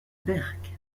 berck